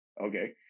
okay